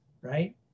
right